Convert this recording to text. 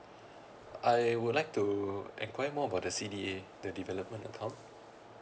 I would like to inquire more about the C_D_A the development account